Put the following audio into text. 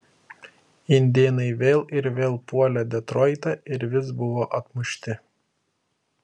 indėnai vėl ir vėl puolė detroitą ir vis buvo atmušti